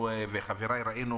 חבריי ואני ראינו